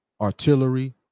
Artillery